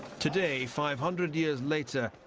today, five hundred years later,